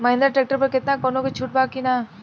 Mahindra tractor पर केतना कौनो छूट बा कि ना?